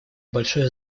большое